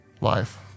life